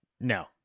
No